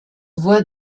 voie